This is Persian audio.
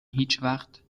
هیچوقت